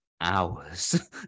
hours